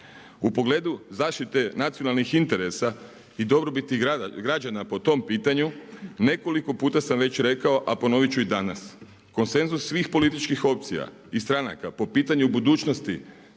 U pogledu zaštite nacionalnih interesa i dobrobiti građana po tom pitanju nekoliko puta sam već rekao, a ponovit ću i danas, konsenzus svih političkih opcija i stranaka po pitanju budućnosti